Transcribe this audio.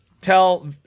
tell